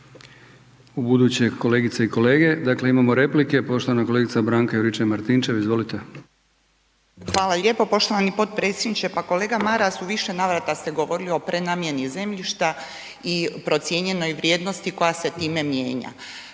ubuduće kolegice i kolege. Dakle imamo replike. Poštovana kolegica Branka Juričev Martinčev. Izvolite. **Juričev-Martinčev, Branka (HDZ)** Hvala lijepo poštovani potpredsjedniče. Pa kolega Maras u više navrata ste govorili o prenamijeni zemljišta i procijenjenoj vrijednosti koja se time mijenja.